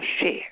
share